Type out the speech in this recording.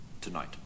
tonight